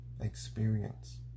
experience